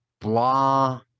blah